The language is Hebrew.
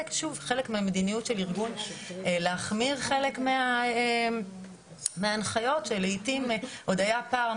כחלק מהמדיניות של ארגון להחמיר חלק מההנחיות שלעתים היה פער,